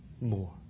more